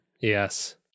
yes